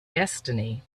destiny